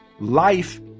Life